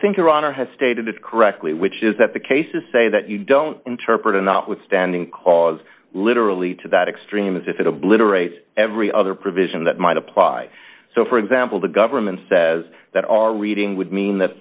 honor has stated it correctly which is that the cases say that you don't interpret enough with standing cause literally to that extreme as if it obliterates every other provision that might apply so for example the government says that our reading would mean th